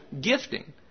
gifting